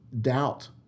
doubt